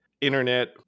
internet